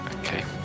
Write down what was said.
Okay